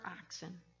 oxen